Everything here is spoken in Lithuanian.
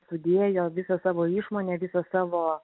sudėjo visą savo išmonę visą savo